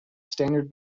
standard